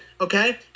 okay